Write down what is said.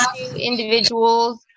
individuals